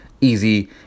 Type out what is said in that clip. easy